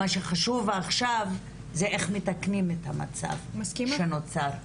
מה שחשוב עכשיו זה איך מתקנים את המצב שנוצר.